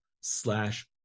slash